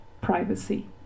Privacy